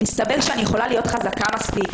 מסתבר שאני יכולה להיות חזקה מספיק,